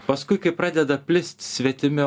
paskui kai pradeda plist svetimi